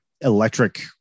electric